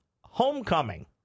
homecoming